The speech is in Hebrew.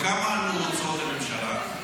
בכמה עלו הוצאות הממשלה?